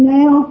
now